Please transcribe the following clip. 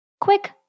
Quick